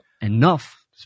enough